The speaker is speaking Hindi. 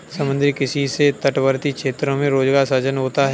समुद्री किसी से तटवर्ती क्षेत्रों में रोजगार सृजन होता है